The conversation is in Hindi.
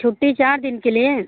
छुट्टी चार दिन के लिए